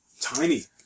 Tiny